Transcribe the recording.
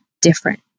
different